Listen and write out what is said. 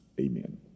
Amen